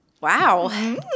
Wow